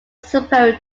superior